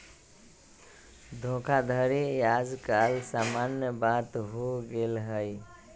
धोखाधड़ी याज काल समान्य बात हो गेल हइ